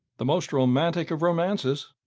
the most romantic of romances!